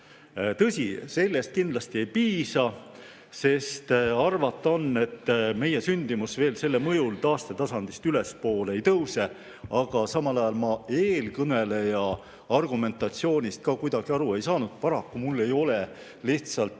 Tõsi, sellest kindlasti ei piisa, sest arvata on, et meie sündimus veel selle mõjul taastetasandist ülespoole ei tõuse. Aga samal ajal ma eelkõneleja argumentatsioonist ka kuidagi aru ei saanud. Paraku ei ole mu